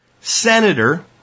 Senator